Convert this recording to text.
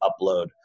upload